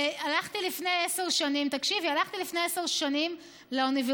לפני עשר שנים, לאוניברסיטאות.